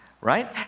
right